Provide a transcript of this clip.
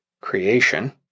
creation